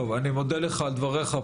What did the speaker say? אני מודה לך על דבריך.